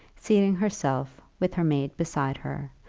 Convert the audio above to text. seating herself, with her maid beside her,